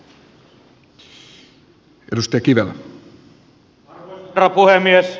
arvoisa herra puhemies